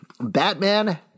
Batman